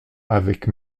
avec